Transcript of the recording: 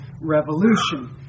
revolution